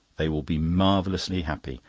they will be marvellously happy,